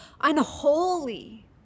unholy